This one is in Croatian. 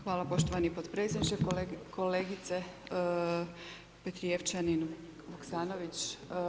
Hvala poštovani podpredsjedniče, kolegice Petrijevčanin Vuksanović.